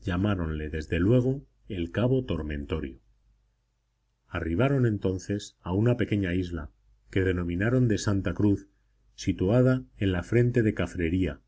llamáronle desde luego el cabo tormentorio arribaron entonces a una pequeña isla que denominaron de santa cruz situada en la frente de cafrería